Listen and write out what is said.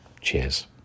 Cheers